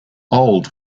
old